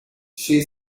she